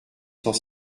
cent